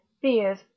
fears